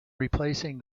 replacing